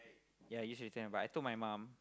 ya you should tell but I told my mum